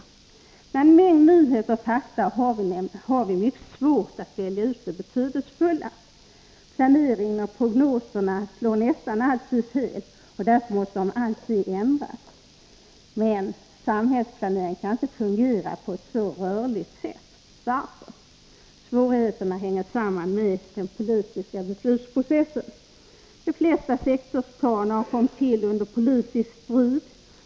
Bland en mängd nyheter och fakta har vi mycket svårt att välja ut de betydelsefulla. Planeringen och prognoserna slår nästan alltid fel, och därför måste de alltid ändras. Men samhällsplanering kan inte fungera på ett så rörligt sätt. Varför? Svårigheterna hänger samman med den politiska 45 beslutsprocessen. De flesta sektorsplaner kommer till under politisk strid.